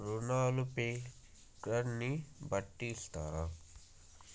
రుణాలు హెక్టర్ ని బట్టి ఇస్తారా?